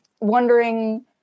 wondering